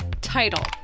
Title